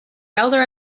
elder